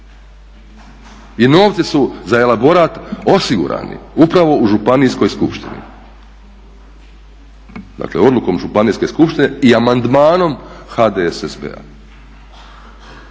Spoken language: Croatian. I novci su za elaborat osigurani upravo u županijskoj skupštini, dakle odlukom županijske skupštine i amandmanom HDSSB-a.